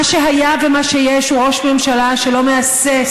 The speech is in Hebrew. מה שהיה ומה שיש הוא ראש ממשלה שלא מהסס